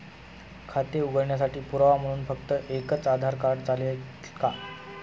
खाते उघडण्यासाठी पुरावा म्हणून फक्त एकच आधार कार्ड चालेल का?